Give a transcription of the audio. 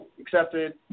accepted